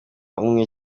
umwe